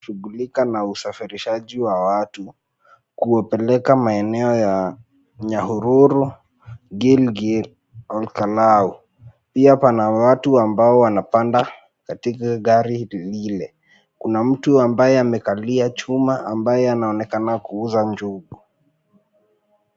Shughulika na usafirishaji wa watu, kuwapeleka maeneo ya, Nyahururu, Gilgil, Ol Kalou , pia pana watu ambao wanapanda, katika gari lile, kuna mtu ambaye amekalia chuma ambaye anaonekana kuuza njugu.